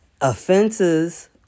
offenses